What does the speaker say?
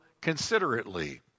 considerately